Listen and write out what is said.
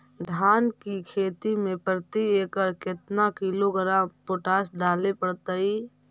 धान की खेती में प्रति एकड़ केतना किलोग्राम पोटास डाले पड़तई?